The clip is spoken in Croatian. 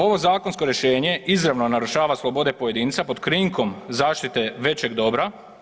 Ovo zakonsko rješenje izravno narušava slobode pojedinca pod krinkom zaštite većeg dobra.